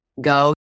go